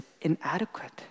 inadequate